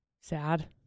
sad